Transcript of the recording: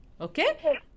Okay